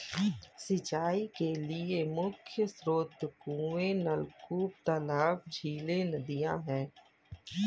सिंचाई के मुख्य स्रोत कुएँ, नलकूप, तालाब, झीलें, नदियाँ हैं